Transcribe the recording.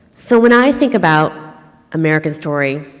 so when i think about american story,